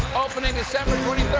opening december twenty